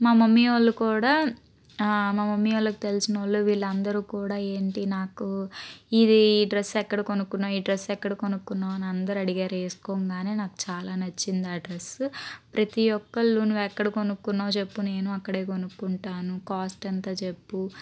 మా మమ్మీ వాళ్ళు కూడా మా మమ్మీ వాళ్ళకి తెలిసిన వాళ్ళు వీళ్ళందరూ కూడా ఏంటి నాకు ఇది ఈ డ్రస్ ఎక్కడ కొనుక్కున్నావు ఈ డ్రస్ ఎక్కడ కొనుకున్నావు అని అందరూ అడిగారు వేసుకో గానే నాకు చాలా నచ్చింది ఆ డ్రస్ ప్రతి ఒక్కరు నువ్వు ఎక్కడ కొనుక్కున్నావు నేను అక్కడే కొనుక్కుంటాను కాస్ట్ ఎంత చెప్పు